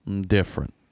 Different